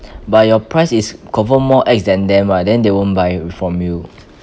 by your price is confirm more ex than them mah then they won't buy from you